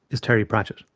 is terry pratchett.